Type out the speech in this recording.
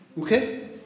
Okay